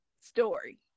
story